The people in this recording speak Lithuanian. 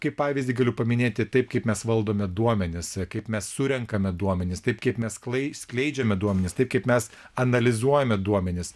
kaip pavyzdį galiu paminėti taip kaip mes valdome duomenis kaip mes surenkame duomenis taip kaip mes sklai skleidžiami duomenis taip kaip mes analizuojame duomenis